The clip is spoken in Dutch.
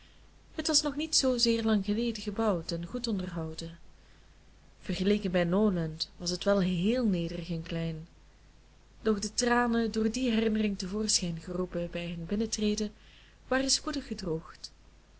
het was nog niet zeer lang geleden gebouwd en goed onderhouden vergeleken bij norland was het wel héél nederig en klein doch de tranen door die herinnering te voorschijn geroepen bij hun binnentreden waren spoedig gedroogd